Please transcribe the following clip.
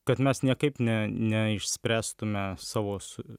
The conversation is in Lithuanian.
kad mes niekaip ne neišspręstume savo su